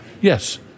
yes